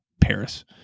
Paris